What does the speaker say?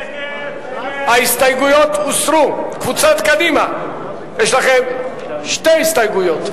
ההסתייגויות של קבוצת מרצ לסעיף 06,